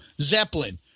Zeppelin